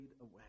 away